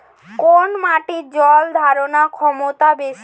কোন মাটির জল ধারণ ক্ষমতা বেশি?